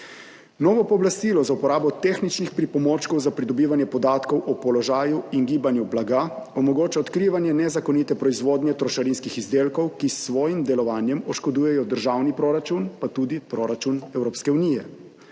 Novo pooblastilo za uporabo tehničnih pripomočkov za pridobivanje podatkov o položaju in gibanju blaga omogoča odkrivanje nezakonite proizvodnje trošarinskih izdelkov, ki s svojim delovanjem oškodujejo državni proračun, pa tudi proračun Evropske unije.